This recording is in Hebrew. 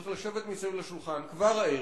צריך לשבת מסביב לשולחן כבר הערב.